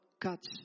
cuts